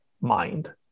mind